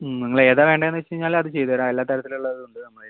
വേറെ ഏതാ വേണ്ടേന്ന് വെച്ച് കഴിഞ്ഞാൽ അത് ചെയ്തുതരാം എല്ലാ തരത്തിൽ ഉള്ളതും ഉണ്ട് നമ്മളേൽ